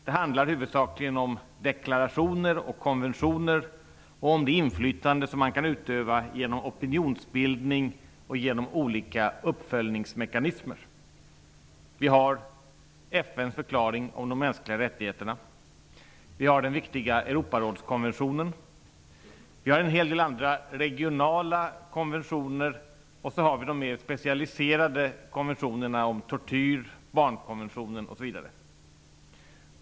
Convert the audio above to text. Det handlar huvudsakligen om deklarationer och konventioner och om det inflytande som man kan utöva genom opinionsbildning och olika uppföljningsmekanismer. Vi har FN:s förklaring om de mänskliga rättigheterna. Vi har den viktiga Europarådskonventionen. Vi har en hel del andra regionala konventioner. Vi har de mer specialiserade konventionerna om tortyr. Vi har barnkonventionen osv.